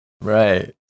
Right